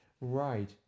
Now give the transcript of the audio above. Right